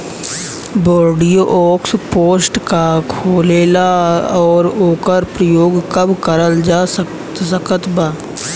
Bordeaux paste का होखेला और ओकर प्रयोग कब करल जा सकत बा?